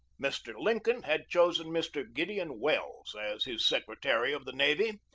mr. lincoln had chosen mr. gideon welles as his secretary of the navy.